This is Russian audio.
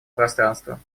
пространства